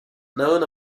known